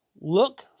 Look